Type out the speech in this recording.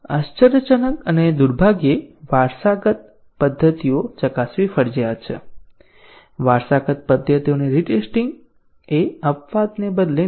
આશ્ચર્યજનક અને દુર્ભાગ્યે વારસાગત વારસાગત પદ્ધતિઓ ચકાસવી ફરજિયાત છે વારસાગત પદ્ધતિઓની રીટેસ્ટીંગ એ અપવાદને બદલે નિયમ છે